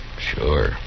Sure